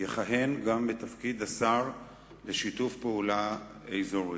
יכהן גם בתפקיד השר לשיתוף פעולה אזורי.